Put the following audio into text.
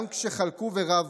גם כשחלקו ורבו,